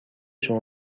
شما